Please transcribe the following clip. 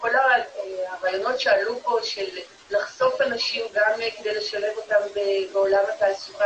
כל הרעיונות שעלו פה של לחשוף אנשים גם כדי לשלב אותם בעולם התעסוקה